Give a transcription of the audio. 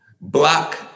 Block